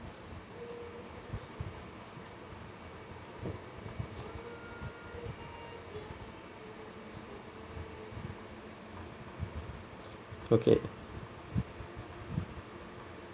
okay